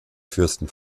fürsten